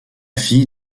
fille